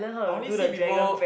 I only see people